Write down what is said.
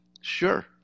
Sure